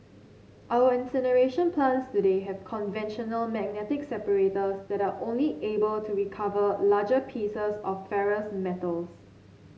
our incineration plants today have conventional magnetic separators that are only able to recover larger pieces of ferrous metals